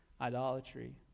idolatry